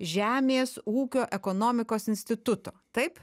žemės ūkio ekonomikos instituto taip